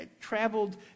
traveled